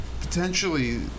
potentially